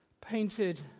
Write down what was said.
Painted